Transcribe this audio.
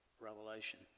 revelation